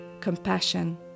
compassion